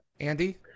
Andy